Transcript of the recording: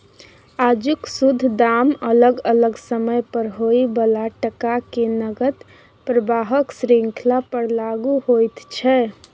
आजुक शुद्ध दाम अलग अलग समय पर होइ बला टका के नकद प्रवाहक श्रृंखला पर लागु होइत छै